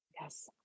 Yes